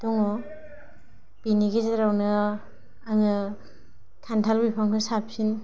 दङ' बिनि गेजेरावनो आङो खान्थाल बिफांखौ साबसिन